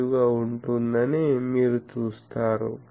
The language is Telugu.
75 గా ఉంటుందని మీరు చూస్తారు